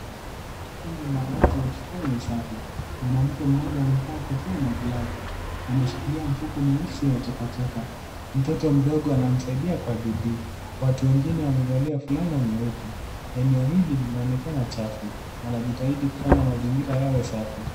Kundi la watu wakifanya usafi. Mwanamke mmoja amevaa kofia na glavu. Anashikilia mfuko mweusi wa takataka. Mtoto mdogo anamsaidia kwa bidii. Watu wengine wamevalia fulana nyeupe. Eneo hili linaonekana chafu. Wanajihidi mazingira yawe safi.